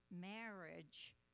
marriage